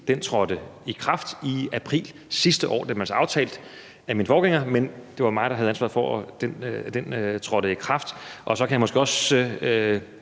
trådte i kraft i april sidste år; det havde man så aftalt med min forgænger, men det var mig, der havde ansvaret for, at det trådte i kraft. Så kan jeg måske også